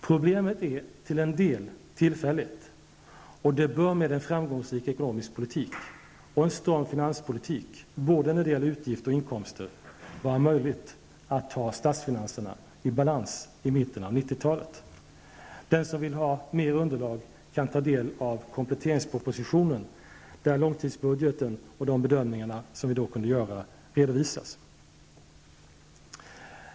Problemet är till en del tillfälligt, och det bör med en framgångsrik ekonomisk politik -- och en stram finanspolitik, när det gäller både utgifter och inkomster -- vara möjligt att ha statsfinanserna i balans i mitten av 90-talet. Den som vill ha mer underlag kan ta del av kompletteringspropositionen, där långtidsbudgeten och de bedömningar som vi då kunde göra redovisas.